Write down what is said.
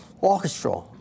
orchestra